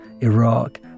Iraq